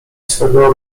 swego